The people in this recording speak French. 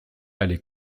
aller